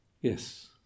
Yes